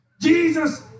Jesus